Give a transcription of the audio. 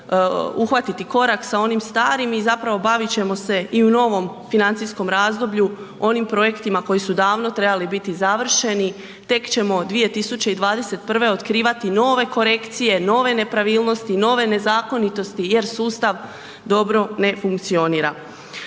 uhvatiti korak sa onim starim i zapravo, bavit ćemo se i u novom financijskom razdoblju onim projektima koji su davno trebali biti završeni, tek ćemo 2021. otkrivati nove korekcije, nove nepravilnosti, nove nezakonitosti jer sustav dobro ne funkcionira.